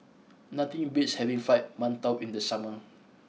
nothing beats having Fried Mantou in the summer